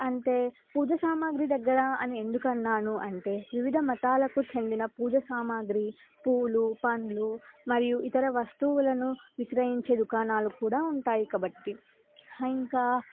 అంటే పూజ సామాగ్రి దగ్గర అని ఎందుకు అన్నాను అంటే వివిధ మతాలకు చెందిన పూజ సామాగ్రి పూలు పండ్లు మరియు ఇతర వస్తువులను విక్రయించే దుకాణాలు కూడా ఉంటాయి కాబట్టి ఇంకా